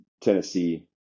Tennessee